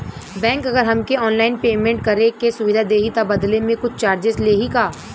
Bank अगर हमके online payment करे के सुविधा देही त बदले में कुछ चार्जेस लेही का?